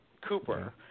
Cooper